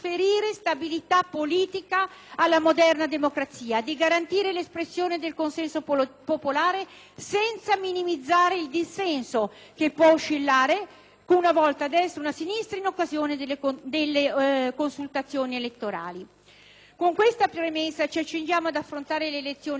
senza minimizzare il dissenso, che può oscillare, una volta a destra e una a sinistra, in occasione delle consultazioni elettorali. Con questa premessa, ci accingiamo ad affrontare le elezioni europee, consapevoli anche delle lacune istituzionali e dei ritardi dovuti ad una transizione interminabile,